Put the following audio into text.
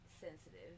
sensitive